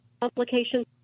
complications